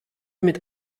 mit